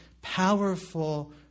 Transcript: powerful